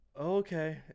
okay